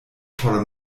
por